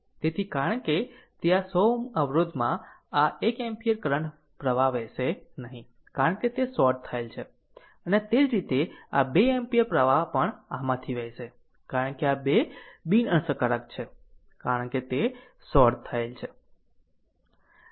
તેથી કારણ કે તે આ 100 Ω અવરોધમાં આ 1 એમ્પીયર કરંટ પ્રવાહ વહેશે નહીં કારણ કે તે શોર્ટ થયેલ છે અને તે જ રીતે આ 2 એમ્પીયર પ્રવાહ પણ આમાંથી વહેશે કારણ કે આ બે બિનઅસરકારક છે કારણ કે તે શોર્ટ થયેલ છે